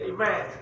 Amen